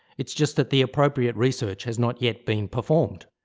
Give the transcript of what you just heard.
it's just that the appropriate research has not yet been performed.